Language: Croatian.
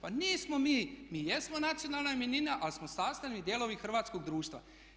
Pa nismo mi, mi jesmo nacionalna manjina ali smo sastavni dijelovi hrvatskog društva.